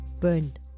burned